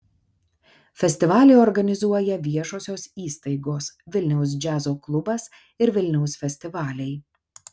festivalį organizuoja viešosios įstaigos vilniaus džiazo klubas ir vilniaus festivaliai